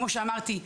כמו שאמרתי,